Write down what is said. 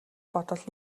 бодвол